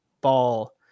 ball